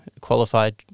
qualified